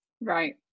Right